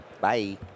Bye